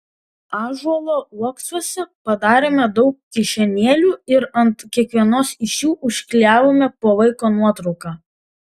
ąžuolo uoksuose padarėme daug kišenėlių ir ant kiekvienos iš jų užklijavome po vaiko nuotrauką